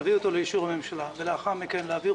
להביא אותו לאישור הממשלה ולאחר מכן להעביר